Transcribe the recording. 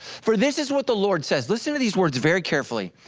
for this is what the lord says listen to these words very carefully.